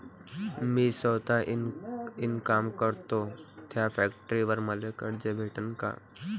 मी सौता इनकाम करतो थ्या फॅक्टरीवर मले कर्ज भेटन का?